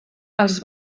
els